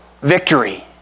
Victory